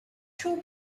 two